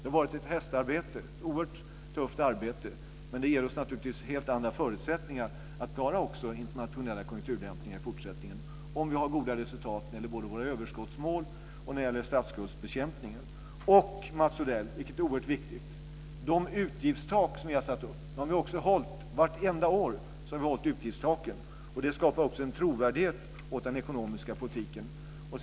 Det har varit ett hästarbete - ett oerhört tufft arbete - men det ger oss naturligtvis helt andra förutsättningar att klara också internationella konjunkturdämpningar i fortsättningen om vi har goda resultat när det gäller både våra överskottsmål och när det gäller statsskuldsbekämpningen. Det skapar också en trovärdighet åt den ekonomiska politiken.